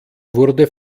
wurde